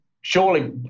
surely